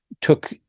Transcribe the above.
took